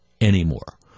anymore